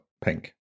pink